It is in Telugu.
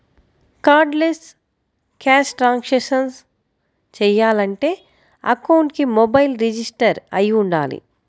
కార్డ్లెస్ క్యాష్ ట్రాన్సాక్షన్స్ చెయ్యాలంటే అకౌంట్కి మొబైల్ రిజిస్టర్ అయ్యి వుండాలి